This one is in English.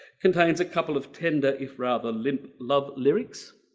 contains a couple of tender if rather limp love lyrics.